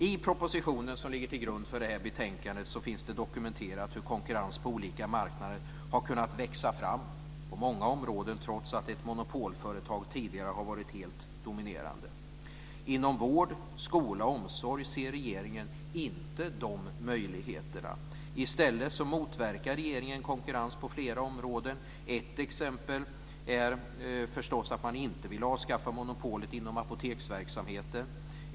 I propositionen som ligger till grund för betänkandet finns dokumenterat hur konkurrens på olika marknader har kunnat växa fram på många områden trots att ett monopolföretag tidigare har varit helt dominerande. Inom vård, skola och omsorg ser regeringen inte de möjligheterna. I stället motverkar regeringen konkurrens på flera områden. Ett exempel är att man inte vill avskaffa monopolet inom apoteksverksamheten.